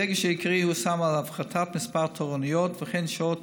הדגש העיקרי הושם על הפחתת מספר התורנויות וכן שעות